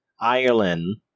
Ireland